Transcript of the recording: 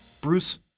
Bruce